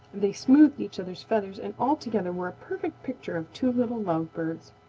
they smoothed each other's feathers and altogether were a perfect picture of two little lovebirds.